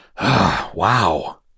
Wow